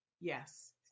yes